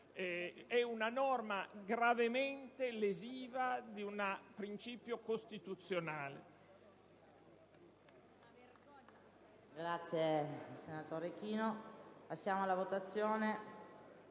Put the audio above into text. aspetto, gravemente lesiva di un principio costituzionale.